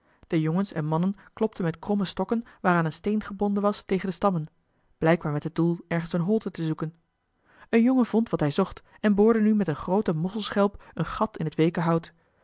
de jongens en mannen klopten met kromme stokken waaraan een steen gebonden was tegen de stammen blijkbaar met het doel ergens eene holte te zoeken een jongen vond wat hij zocht en boorde nu met eene groote mosselschelp een gat in het weeke hout